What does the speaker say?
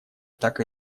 так